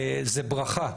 זה ברכה,